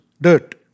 dirt